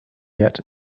yet